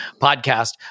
podcast